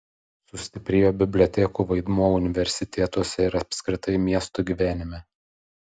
sustiprėjo bibliotekų vaidmuo universitetuose ir apskritai miesto gyvenime